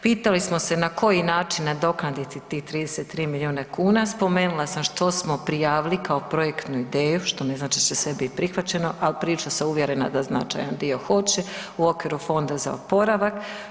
Pitali smo se na koji način nadoknaditi tih 33 miliona kuna, spomenula sam što smo prijavili kao projektnu ideju što ne znači da će sve biti prihvaćeno, ali prilično sam uvjerena da značajan dio hoće u okviru Fonda za oporavak.